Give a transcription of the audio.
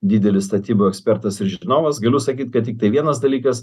didelis statybų ekspertas ir žinovas galiu sakyt kad tiktai vienas dalykas